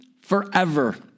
forever